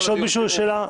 יש לעוד מישהו שאלה?